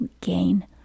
gain